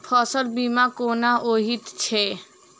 फसल बीमा कोना होइत छै?